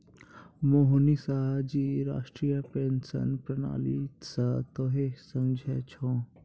मोहनीश जी राष्ट्रीय पेंशन प्रणाली से तोंय की समझै छौं